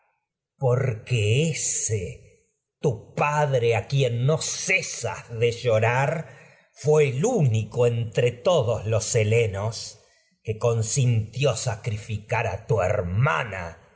porque ese tu padre a quien único entre cesas de llorar fué el todos los helenos que consintió sacrificar a fueron tantos los como yo tu hermana